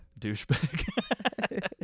Douchebag